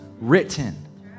written